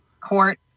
court